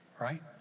Right